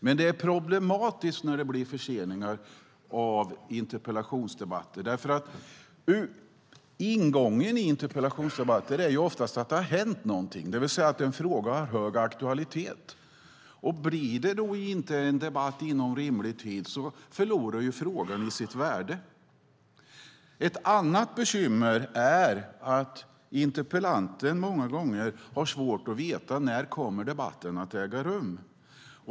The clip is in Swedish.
Men det är problematiskt när det blir förseningar av interpellationsdebatter därför att ingången i interpellationsdebatter oftast är att det har hänt någonting, det vill säga att en fråga har hög aktualitet. Blir det inte en debatt inom rimlig tid förlorar frågan i sitt värde. Ett annat bekymmer är att interpellanten många gånger har svårt att veta när debatten kommer att äga rum.